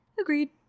Agreed